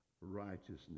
righteousness